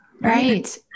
Right